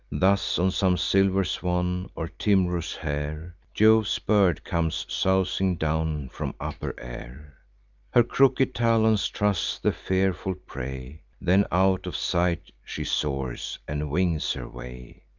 thus on some silver swan, or tim'rous hare, jove's bird comes sousing down from upper air her crooked talons truss the fearful prey then out of sight she soars, and wings her way.